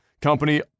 company